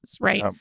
right